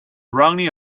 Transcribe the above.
running